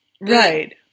Right